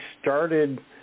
started